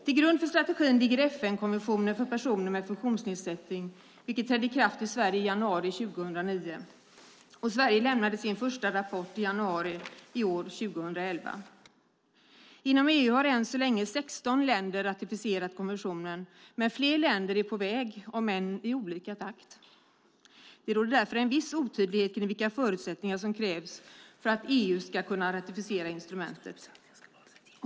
Till grund för strategin ligger FN konventionen för personer med funktionsnedsättning, vilken trädde i kraft i Sverige i januari 2009. Sverige lämnade sin första rapport i januari i år, 2011. Inom EU har än så länge 16 länder ratificerat konventionen, men fler länder är på väg, om än i olika takt. Det råder därför en viss otydlighet kring vilka förutsättningar som krävs för att EU ska kunna ratificera instrumentet.